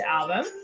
album